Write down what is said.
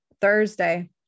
Thursday